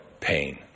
pain